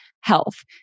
health